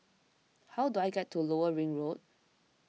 how do I get to Lower Ring Road